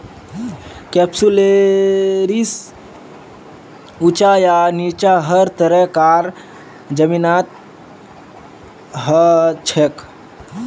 कैप्सुलैरिस ऊंचा या नीचा हर तरह कार जमीनत हछेक